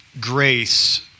grace